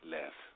Less